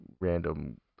random